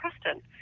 Preston